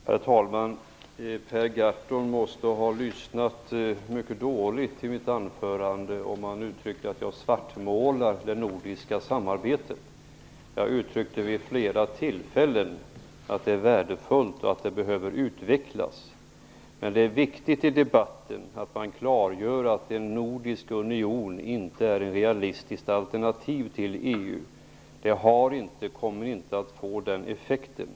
Herr talman! Per Gahrton måste ha lyssnat mycket dåligt till mitt anförande, eftersom han hävdar att jag "svartmålar" det nordiska samarbetet. Jag uttryckte vid flera tillfällen att det nordiska samarbetet är värdefullt och att det behöver utvecklas. Men det är viktigt att man i debatten klargör att en nordisk union inte är ett realistiskt alternativ till EU. Det har inte och kommer inte att få den effekten.